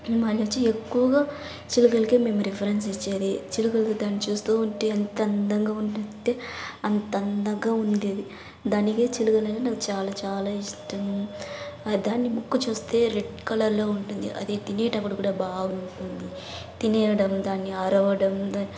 మళ్ళీ ఎక్కువుగా చిలుకలకి మేము రెఫరెన్స్ ఇచ్చేది చిలుకలు దాన్ని చూస్తు ఉంటే ఎంత అందంగా ఉంటుంది అంటే అంత అందంగా ఉండేది దానికే నాకు చిలుకలు అంటే చాలా చాలా ఇష్టం దాని ముక్కు చూస్తే రెడ్ కలర్లో ఉంటుంది అది తినేటప్పుడు కూడా బాగుంటుంది తినేయడం దాని అరవడం దాన్